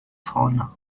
fauna